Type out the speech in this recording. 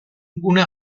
gune